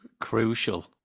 crucial